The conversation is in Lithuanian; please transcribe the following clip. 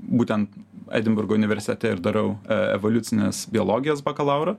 būtent edinburgo universitete ir dariau evoliucinės biologijos bakalaurą